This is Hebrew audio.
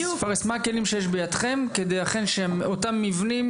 פארס מה הכלים שיש בידכם כדי שאכן אותם מבנים